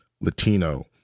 Latino